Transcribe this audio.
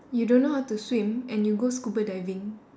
you don't know how to swim and you go scuba diving